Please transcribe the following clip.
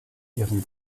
ihrem